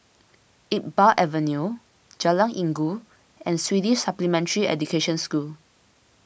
Iqbal Avenue Jalan Inggu and Swedish Supplementary Education School